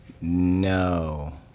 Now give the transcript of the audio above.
No